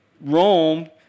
Rome